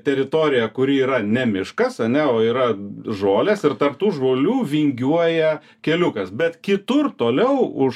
teritorija kuri yra ne miškas ane o yra žolės ir tarp tų žolių vingiuoja keliukas bet kitur toliau už